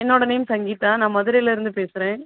என்னோடய நேம் சங்கீதா நான் மதுரைலேருந்து பேசுகிறேன்